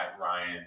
Ryan